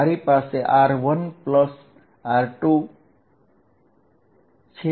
મારી પાસે 30r1r2 છે